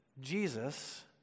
Jesus